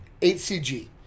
HCG